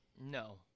No